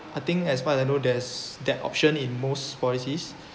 I think as far as I know there's that option in most policies